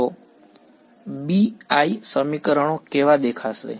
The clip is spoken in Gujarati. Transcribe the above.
તો BI સમીકરણો કેવા દેખાશે